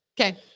Okay